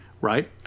Right